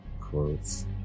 quotes